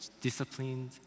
disciplined